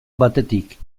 batetik